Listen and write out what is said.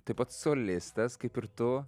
taip pat solistas kaip ir tu